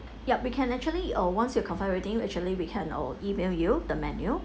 yup we can actually or once you confirm everything actually we can I'll email you the menu